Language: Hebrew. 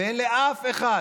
ואין לאף אחד